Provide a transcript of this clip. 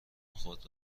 خود